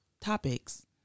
topics